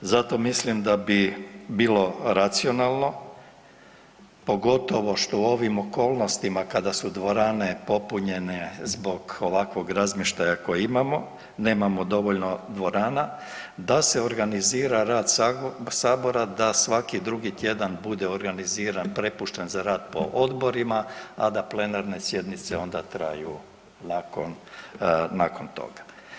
Zato mislim da bi bilo racionalno, pogotovo što u ovim okolnostima kada su dvorane popunjene zbog ovakvog razmještaja koji imamo, nemamo dovoljno dvorana da se organizira rad sabora da svaki drugi tjedan bude organiziran, prepušten za rad po odborima, a da plenarne sjednice onda traju nakon toga.